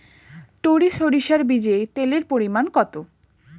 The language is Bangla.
টরি সরিষার বীজে তেলের পরিমাণ কত?